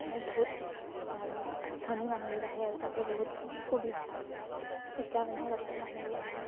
মানে বহুত ধনী মানুহবোৰ আহে আৰু তাতে বহুত সুবিধা সেইকাৰণে তাতে মানুহবোৰ আহে